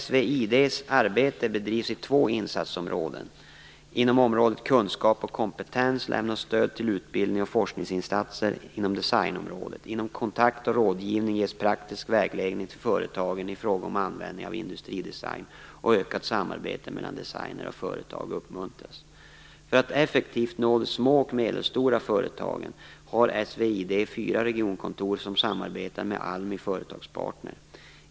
SVID:s arbete bedrivs i två insatsområden. Inom området kunskap och kompetens lämnas stöd till utbildnings och forskningsinsatser inom designområdet. Inom området kontakt och rådgivning ges praktisk vägledning till företagen i fråga om användning av industridesign, och ökat samarbete mellan designer och företag uppmuntras. För att effektivt nå de små och medelstora företagen har SVID fyra regionkontor som samarbetar med Almi Företagspartner.